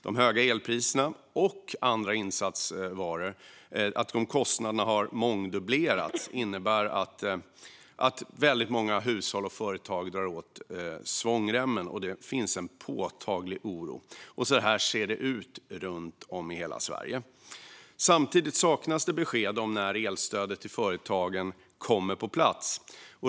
Att kostnaderna för el och andra insatsvaror har mångdubblerats innebär att väldigt många hushåll och företag drar åt svångremmen. Det finns en påtaglig oro, och så här ser det ut runt om i hela Sverige. Samtidigt saknas det besked om när elstödet till företagen kommer på plats.